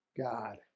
God